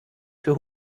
für